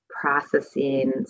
processing